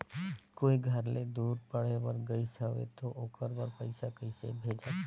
कोई घर ले दूर पढ़े बर गाईस हवे तो ओकर बर पइसा कइसे भेजब?